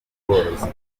n’ubworozi